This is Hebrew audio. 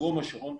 דרום שרון,